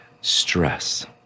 stress